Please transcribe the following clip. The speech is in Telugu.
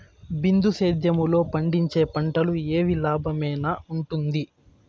బిందు సేద్యము లో పండించే పంటలు ఏవి లాభమేనా వుంటుంది?